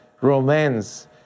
romance